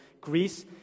Greece